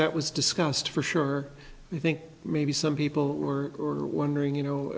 that was discussed for sure i think maybe some people were wondering you know